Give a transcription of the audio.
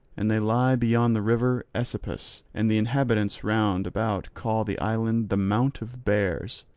and they lie beyond the river aesepus, and the inhabitants round about call the island the mount of bears.